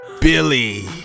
Billy